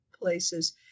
places